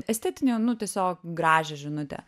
estetinį nu tiesiog gražią žinutę